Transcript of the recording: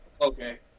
Okay